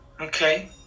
okay